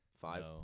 five